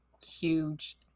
huge